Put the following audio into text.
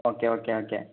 okay okay okay